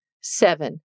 Seven